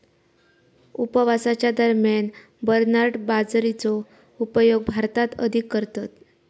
उपवासाच्या दरम्यान बरनार्ड बाजरीचो उपयोग भारतात अधिक करतत